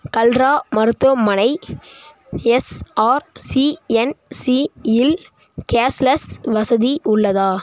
கல்ரா மருத்துவமனை எஸ்ஆர்சிஎன்சியில் கேஷ்லெஸ் வசதி உள்ளதா